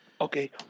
okay